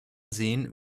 sehen